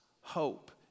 hope